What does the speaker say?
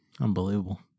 Unbelievable